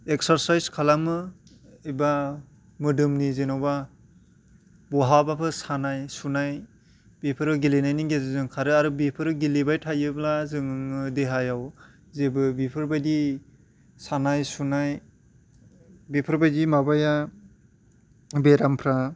exercise खालामो एबा मोदोमनि जेन'बा बहाबाबो सानाय सुनाय बेफोरो गेलेनायनि गेजेरजों खारो आरो बेफोरो गेलेबाय थायोब्ला जोङो देहायाव जेबो बेफोरबायदि सानाय सुनाय बेफोरबायदि माबाया बेरामफ्रा